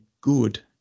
good